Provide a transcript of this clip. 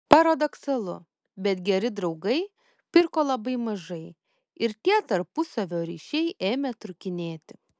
paradoksalu bet geri draugai pirko labai mažai ir tie tarpusavio ryšiai ėmė trūkinėti